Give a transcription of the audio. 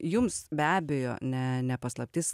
jums be abejo ne ne paslaptis